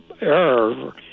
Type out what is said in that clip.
error